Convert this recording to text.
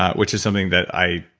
ah which is something that i,